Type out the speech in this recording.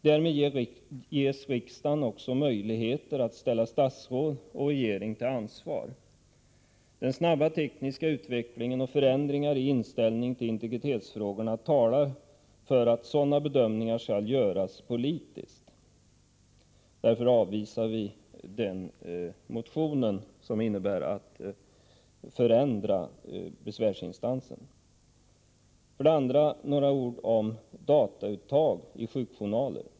Därmed ges riksdagen också möjligheter att ställa både statsråd och regering till ansvar. Den snabba tekniska utvecklingen och förändringar i inställningen till integritetsfrågorna talar för att sådana bedömningar skall göras politiskt. Därför avvisar vi den aktuella motionen, som innebär en förändring av besvärsinstansen. För det andra gäller det dataundantag i sjukjournaler.